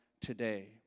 today